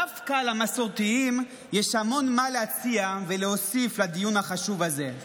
דווקא למסורתיים יש המון מה להציע ולהוסיף לדיון החשוב הזה.